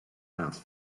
mouse